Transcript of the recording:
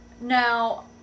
Now